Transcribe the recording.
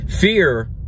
fear